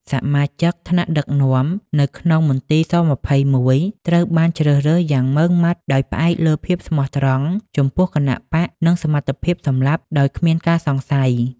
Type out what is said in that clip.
សមាជិកថ្នាក់ដឹកនាំនៅក្នុងមន្ទីរស-២១ ត្រូវបានជ្រើសរើសយ៉ាងម៉ឺងម៉ាត់ ដោយផ្អែកលើភាពស្មោះត្រង់ចំពោះគណបក្ស និងសមត្ថភាពសម្លាប់ដោយគ្មានការសង្ស័យ។